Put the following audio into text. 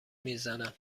میزنم